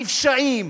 הנפשעים,